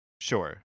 Sure